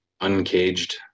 Uncaged